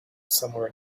somewhere